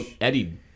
Eddie